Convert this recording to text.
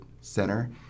center